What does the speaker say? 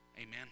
Amen